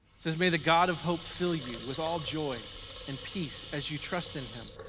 says, may the god of hope fill you with all joy and peace as you trust in him,